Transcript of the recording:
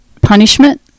punishment